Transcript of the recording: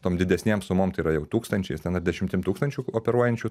tom didesnėm sumom tai yra jau tūkstančiais ten ar dešimtim tūkstančių operuojančių